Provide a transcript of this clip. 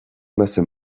bazen